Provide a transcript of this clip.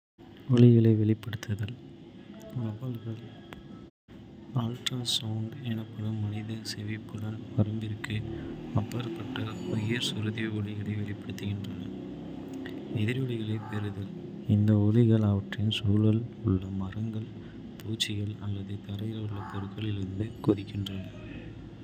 ஒலிகளை வெளியிடுதல் வௌவால்கள் அல்ட்ராசவுண்ட் எனப்படும் மனித செவிப்புலன் வரம்பிற்கு அப்பாற்பட்ட உயர் சுருதி ஒலிகளை வெளியிடுகின்றன. எதிரொலிகளைப் பெறுதல் இந்த ஒலிகள் அவற்றின் சூழலில் உள்ள மரங்கள், பூச்சிகள் அல்லது தரையில் உள்ள பொருட்களிலிருந்து குதிக்கின்றன.